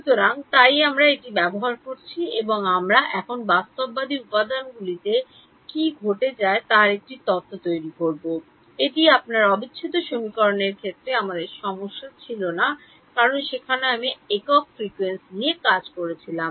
সুতরাং তাই আমরা এটি ব্যবহার করছি এবং আমরা এখন বাস্তববাদী উপকরণগুলিতে কী ঘটে যায় তার একটি তত্ত্ব তৈরি করব এটি আপনার অবিচ্ছেদ্য সমীকরণের ক্ষেত্রে আমাদের সমস্যা ছিল না কারণ সেখানে আমি একক ফ্রিকোয়েন্সি নিয়ে কাজ করছিলাম